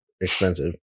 expensive